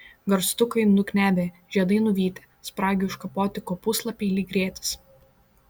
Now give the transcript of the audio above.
garstukai nuknebę žiedai nuvytę spragių iškapoti kopūstlapiai lyg rėtis